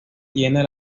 tiene